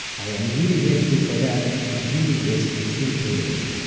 i am really grateful for that, it really is a true privilege.